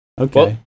Okay